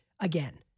again